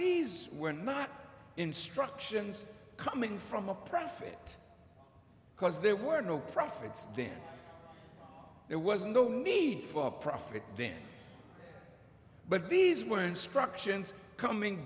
these were not instructions coming from a profit because there were no profits then there was no need for a profit then but these were instructions coming